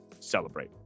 Celebrate